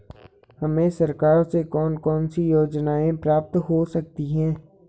हमें सरकार से कौन कौनसी योजनाएँ प्राप्त हो सकती हैं?